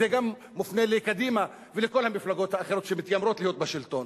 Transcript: זה גם מופנה לקדימה ולכל המפלגות האחרות שמתיימרות להיות בשלטון,